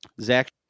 Zach